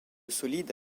solide